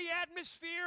atmosphere